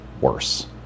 worse